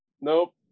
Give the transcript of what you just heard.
Nope